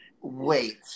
Wait